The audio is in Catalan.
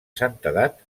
santedat